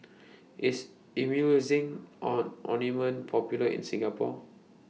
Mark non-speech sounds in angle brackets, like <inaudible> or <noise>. IS Emulsying <unintelligible> Ointment Popular in Singapore